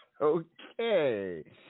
Okay